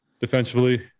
defensively